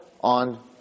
on